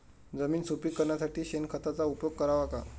जमीन सुपीक करण्यासाठी शेणखताचा उपयोग करावा का?